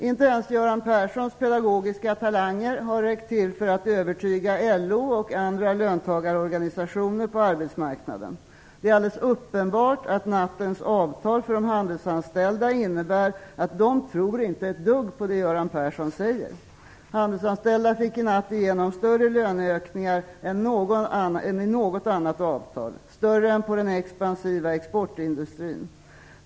Inte ens Göran Perssons pedagogiska talanger har räckt till för att övertyga LO och andra löntagarorganisationer på arbetsmarknaden. Det är alldeles uppenbart att nattens avtal för de handelsanställda innebär att de inte tror ett dugg på det Göran Persson säger. Handelsanställda fick i natt igenom större löneökningar än i något annat avtal, större än den expansiva exportindustrins anställda.